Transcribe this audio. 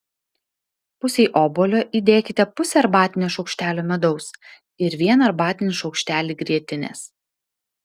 pusei obuolio įdėkite pusę arbatinio šaukštelio medaus ir vieną arbatinį šaukštelį grietinės